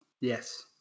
Yes